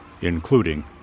including